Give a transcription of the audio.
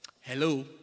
Hello